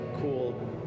cool